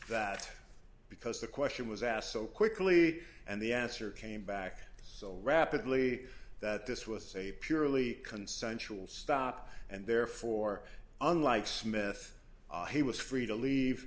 that because the question was asked so quickly and the answer came back so rapidly that this was a purely consensual stop and therefore unlike smith he was free to leave